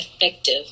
effective